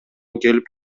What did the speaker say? келип